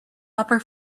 upper